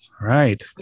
Right